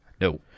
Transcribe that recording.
No